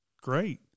Great